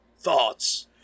thoughts